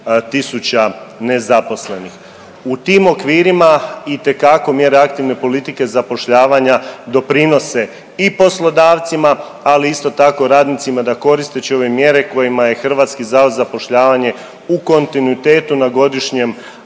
114000 nezaposlenih. U tim okvirima itekako mjere aktivne politike zapošljavanja doprinose i poslodavcima, ali isto tako radnicima da koristeći ove mjere kojima je HZZ u kontinuitetu na godišnjem